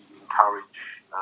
encourage